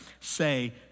say